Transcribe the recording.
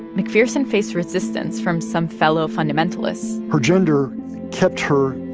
mcpherson faced resistance from some fellow fundamentalists her gender kept her,